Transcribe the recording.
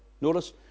Notice